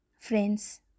friends